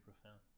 profound